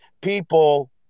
people